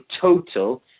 total